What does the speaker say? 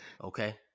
Okay